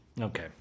Okay